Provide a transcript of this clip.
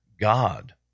God